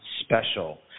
special